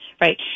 Right